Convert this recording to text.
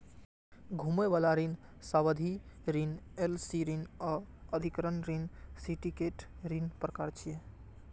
घुमै बला ऋण, सावधि ऋण, एल.सी ऋण आ अधिग्रहण ऋण सिंडिकेट ऋणक प्रकार छियै